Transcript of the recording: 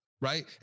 right